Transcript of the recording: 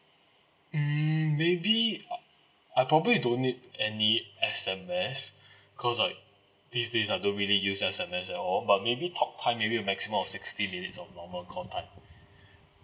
mm maybe I probably don't need any S_M_S cause like these day I don't really use S_M_S at all but maybe talk time maybe a maximum of sixty minutes of normal call time